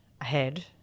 ahead